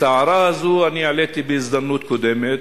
את ההערה הזאת אני העליתי בהזדמנות קודמת.